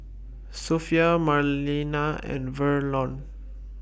Sophie Marlena and Verlon